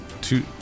two